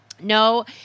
No